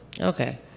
Okay